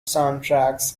soundtracks